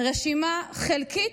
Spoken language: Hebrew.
רשימה חלקית במיוחד: